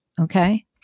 Okay